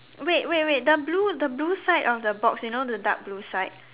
wait wait wait the blue the blue side of the box you know the dark blue side